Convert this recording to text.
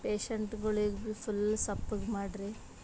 ಪೇಷಂಟ್ಗಳಿಗು full ಸಪ್ಪಗೆ ಮಾಡಿರಿ